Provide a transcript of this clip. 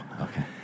Okay